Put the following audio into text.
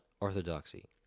Orthodoxy